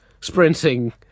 sprinting